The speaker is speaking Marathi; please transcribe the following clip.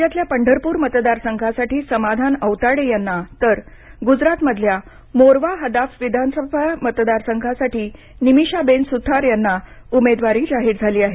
राज्यातल्या पंढरपूर मतदारसंघासाठी समाधान औताडे यांना तर गुजरातमधल्या मोरवा हदाफ विधानसभा मतदारसंघासाठी निमिषाबेन सुथार यांना उमेदवारी जाहीर झाली आहे